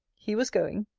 he was going.